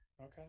okay